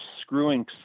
screwing